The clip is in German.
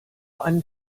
einen